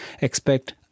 expect